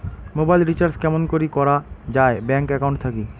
Mobile recharge কেমন করি করা যায় ব্যাংক একাউন্ট থাকি?